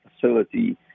facility